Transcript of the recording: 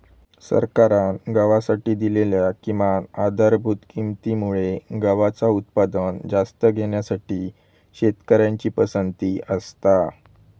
सरकारान गव्हासाठी दिलेल्या किमान आधारभूत किंमती मुळे गव्हाचा उत्पादन जास्त घेण्यासाठी शेतकऱ्यांची पसंती असता